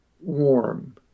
warm